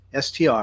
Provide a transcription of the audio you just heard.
STR